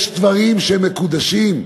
יש דברים שהם מקודשים,